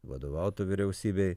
vadovautų vyriausybei